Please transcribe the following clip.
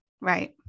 Right